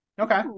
Okay